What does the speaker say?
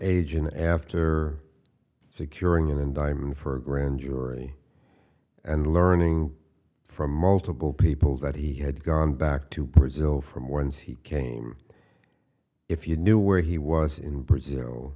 agent after securing an indictment for a grand jury and learning from multiple people that he had gone back to brazil from whence he came if you knew where he was in brazil